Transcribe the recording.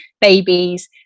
babies